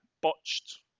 botched